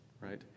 right